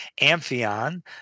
Amphion